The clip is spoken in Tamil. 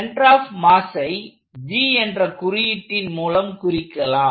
சென்டர் ஆப் மாஸை G என்ற குறியீட்டின் மூலம் குறிக்கலாம்